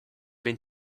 been